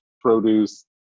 produce